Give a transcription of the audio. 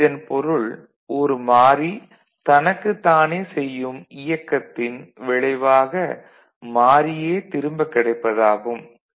இதன் பொருள் ஒரு மாறி தனக்குத் தானே செய்யும் இயக்கத்தின் விளைவாக மாறியே திரும்ப கிடைப்பது ஆகும்